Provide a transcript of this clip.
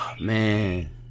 Man